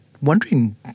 wondering